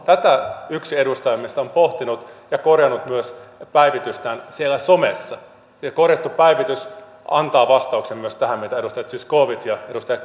tätä yksi edustajistamme on pohtinut ja korjannut myös päivitystään siellä somessa se korjattu päivitys antaa vastauksen myös tähän mitä edustaja zyskowicz ja edustaja